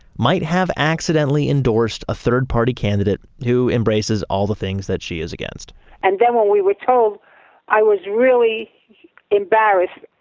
might have accidentally endorsed a third-party candidate who embraces all the things that she is against and then when we were told i was really really embarrassed.